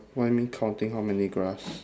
what you mean counting how many grass